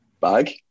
bag